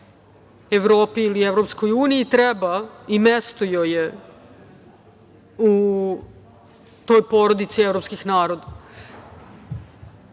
Evropi ili EU, treba i mesto joj je u toj porodici evropskih naroda. Mi